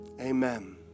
amen